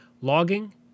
Logging